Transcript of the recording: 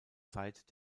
zeit